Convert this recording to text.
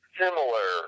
similar